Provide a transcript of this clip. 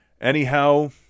Anyhow